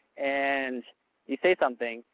and you say something.